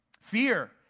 fear